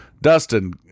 Dustin